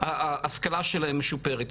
ההשכלה שלהם משופרת.